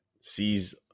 sees